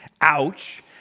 ouch